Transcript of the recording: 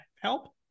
help